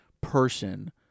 person